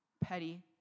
petty